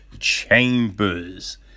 Chambers